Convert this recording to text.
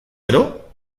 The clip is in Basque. gero